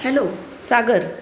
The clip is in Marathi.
हॅलो सागर